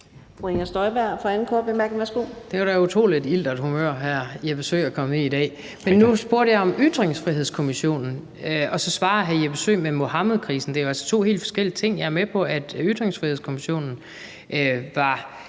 Det var da et utroligt iltert humør, hr. Jeppe Søe er kommet i i dag. Men nu spurgte jeg om Ytringsfrihedskommissionen, og så svarer hr. Jeppe Søe med Muhammedkrisen. Det er jo altså to helt forskellige ting. Jeg er med på,